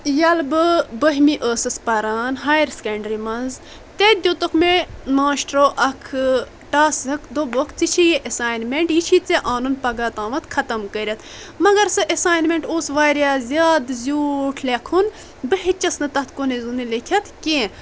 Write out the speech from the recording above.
ییٚلہِ بہٕ بٔہمہِ ٲسٕس پران ہایر سیٚکنڑری منٛز تتہِ دِتُکھ مےٚ ماشٹرو اکھ ٹاسک دوٚپکھ ژےٚ چھی یہِ ایٚساینمیٚنٹ یہِ چھی ژےٚ انُن پگاہ تامتھ ختٕم کٔرتھ مگر سُہ ایٚساینمیٚنٹ اوس واریاہ زیادٕ زیوٗٹھ لیٚکھُن بہِ ہیٚچس نہِ تتھ کُنے زوٚن لیٚکھت کیٚنٛہہ